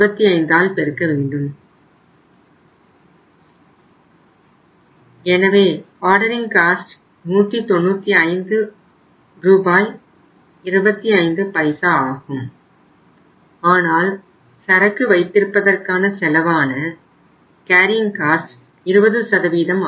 81 இதை ordering cost 20 ஆகும்